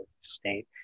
state